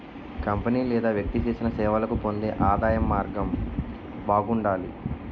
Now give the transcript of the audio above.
company లేదా వ్యక్తి చేసిన సేవలకు పొందే ఆదాయం మార్గం బాగుండాలి